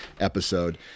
episode